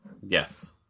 Yes